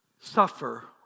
suffer